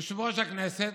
יושב-ראש הכנסת,